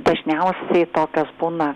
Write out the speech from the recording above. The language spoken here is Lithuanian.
dažniausiai tokios būna